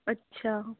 ਅੱਛਾ